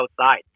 outside